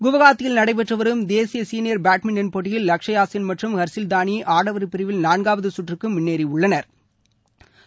குவஹாத்தியில் நடைபெற்றுவரும் தேசிய சீனியர் பேட்மின்டன் போட்டியில் லக்ஷயாசென் மற்றும் ஹா்சீல் தானி ஆடவா் பிரிவில் நான்காவது சுற்றுக்கு முன்னேறியுள்ளனா்